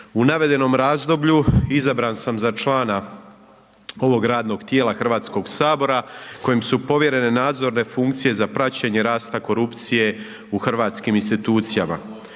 U navedenom razdoblju izabran sam za člana ovog radnog tijela HS-a, kojem su povjerene nadzorne funkcije za praćenje rasta korupcije u hrvatskim institucijama.